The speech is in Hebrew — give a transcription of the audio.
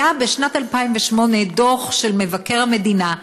היה בשנת 2008 דוח של מבקר המדינה,